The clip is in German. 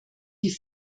die